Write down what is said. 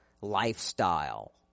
lifestyle